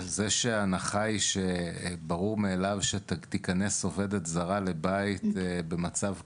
זה שההנחה היא שזה ברור מאליו שתיכנס עובדת זרה לבית במצב כזה,